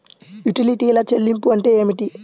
యుటిలిటీల చెల్లింపు అంటే ఏమిటి?